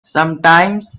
sometimes